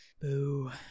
Boo